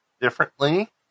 differently